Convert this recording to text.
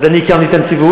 אז אני הקמתי את הנציבות,